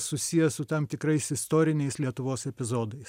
susiję su tam tikrais istoriniais lietuvos epizodais